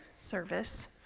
service